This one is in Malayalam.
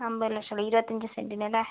അൻപത് ലക്ഷോള്ളൂ ഇരുപത്തഞ്ച് സെന്റിന് അല്ലേ